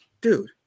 Dude